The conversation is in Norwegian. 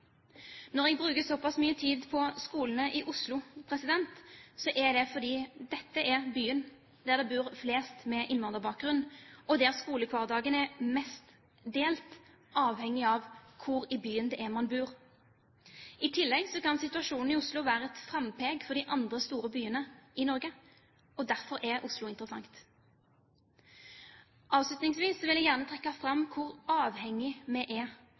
Når jeg bruker så pass mye tid på skolene i Oslo, er det fordi dette er byen der det bor flest med innvandrerbakgrunn, og der skolehverdagen er mest delt avhengig av hvor i byen man bor. I tillegg kan situasjonen i Oslo være et frampek for de andre store byene i Norge. Derfor er Oslo interessant. Avslutningsvis vil jeg gjerne trekke fram hvor avhengig vi er